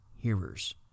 hearers